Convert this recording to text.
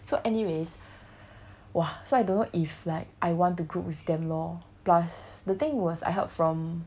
so anyways !wah! so I don't know if like I want to group with them lor plus the thing was I heard from